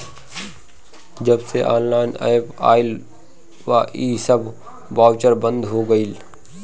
जबसे online app आईल बा इ सब बाउचर बंद हो गईल